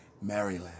Maryland